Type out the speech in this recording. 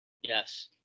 Yes